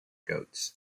goats